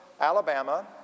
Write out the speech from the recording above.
Alabama